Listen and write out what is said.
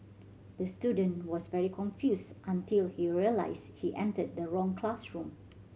the student was very confused until he realised he entered the wrong classroom